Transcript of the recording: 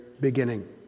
beginning